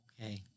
Okay